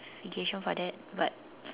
~fication for that but